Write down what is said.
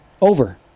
over